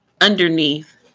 underneath